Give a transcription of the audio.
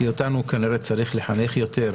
כי אותנו כנראה צריך לחנך יותר.